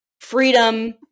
freedom